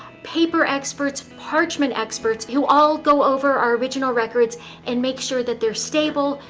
paper experts, parchment experts, who all go over our original records and make sure that they're stable,